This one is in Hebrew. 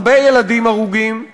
הרבה ילדים הרוגים.